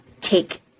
take